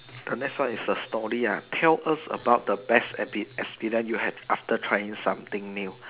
the next one is the story ah tell us about the best ex~ experience you had after trying something new